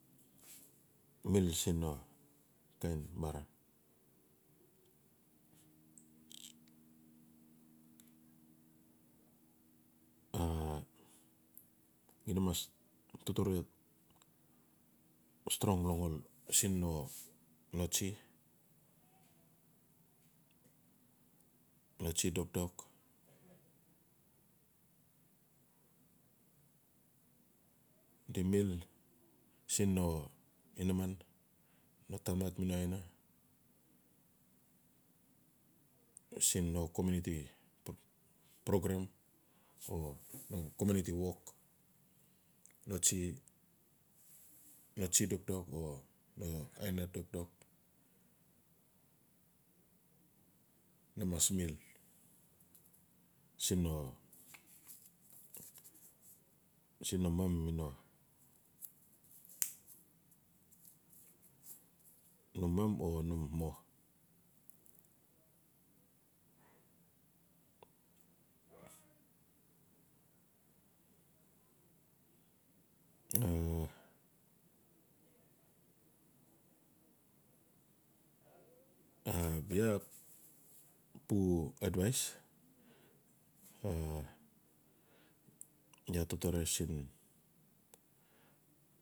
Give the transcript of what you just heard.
Mil siin no kain marang a xida mas totore strong long ol siin no tsi, no tsi dokdok di mi suun no iniman, no tamat mi no aina siin no komiuniti program o no komiuniti wok no tsi-tsi dokdok o no aina dokdo. Na mas mil siin no mom mi no num mo a bia pu advais. Iaa totore siin.